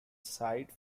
site